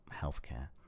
healthcare